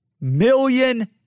million